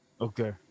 Okay